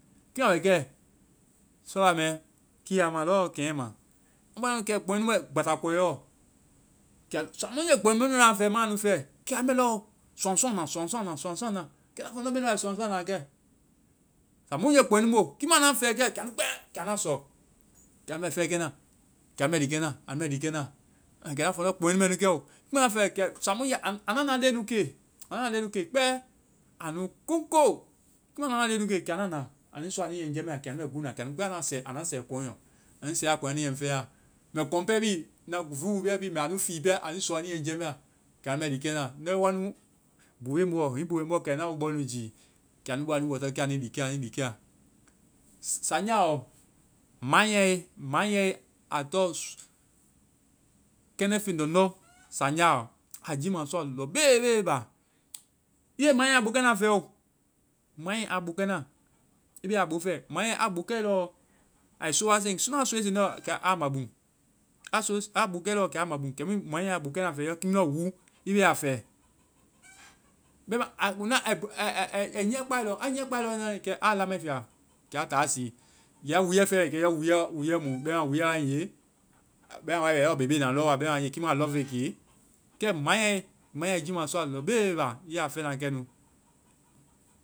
Kia mɛ kɛ kia ma lɔɔ, kɛnyɛɛma. Mua nu fɛ, kpɔŋɛ bɛ gbasa kɔiyɛɔ. Sáamúu ŋge kpɔŋ nu nu aŋ fɛ, maa nu fɛ. Kɛ anu bɛ lɔɔ suaŋ suaŋ na, suaŋ suaŋ na, suaŋ suaŋ na. Kɛ na fɔ ndɔ kɛ me nu wa bɛ suaŋ suaŋ na kɛ? Sáamúu ŋge kpɔŋge mu o. Kiimu anda ŋ fɛ kɛ, kɛ anda sɔ. Kɛ anu bɛ fɛkɛna. Kɛ anu bɛ liikɛna, anu bɛ liikɛna. Kɛ naa fɔ ndɔ, kpɔŋɛ nu mɛ nu kɛ o. Kiimu anda ŋ fɛ, sáamúu ŋge-anda anua leŋnu ke. Anda anua leŋnu ke kpɛɛ. Annu kuŋko! Kiimu lɔɔ anda leŋnu ke, kɛ anda na. Anu sɔa, anuɛ ŋ jɛmɛa. Anu bɛ gúuna. Kɛ anu kpɛ anda sɛ-anda sɛ kɔnŋɛɔ. Anu sɛa kɔnŋɛɔ anu yɛ ŋ fɛya. Mɛ kɔnŋ pɛ bi, mɛ voowoo pɛ bi mɛ a nu fii pɛ, anu sɔ anui yɛ ŋ jɛmɛa. Kɛ anu bɛ liikɛ na. Ndɔ woanu, bu be ŋ boɔ. Hiŋi bo bɛ ŋ boɔ, kɛ na wo bɔnu jii. Kɛ anu bɔnu i wɔsɛ kɛa, anui liikɛa, anui liikɛa saŋjaɔ. Manyae-manyae a tɔŋ kɛndɛ feŋ lɔŋdɔ saŋjaɔ a jiimasɔa lɔbebe ba. I be manyae a bokɛna fɛɛ oo. Manyae a bokɛna-i bee a bo fɛ. Manyae a bokɛe lɔɔ ai soo wa siŋ. soon a soe siŋne lɔɔ, kɛ a mabuŋ. A sooe-a bokɛe lɔɔ kɛ a mabuŋ. Kɛmu mɔ i a bokɛna fɛ i lɔ kiimu lɔ wuu, i be a fɛ. Bɛma ai a kuŋ na ai nyiiɛ kpae lɔŋ. A nyiiɛ kpae lɔŋnde, kɛ a lamae fia. Kɛ a taa a sii. Ya wuuɛ fɛe, i yɔ wúuɛ-wúuɛ mu. Bɛma wuuɛ wae nge, a pɛ a wae bɛ lɔɔ bebena na lɔ wa. Kiimu a lɔŋfeŋ ke. Kɛ, manyae, manyae, jiimasɔa lɔbeleba. I ya fɛ na kɛ nu.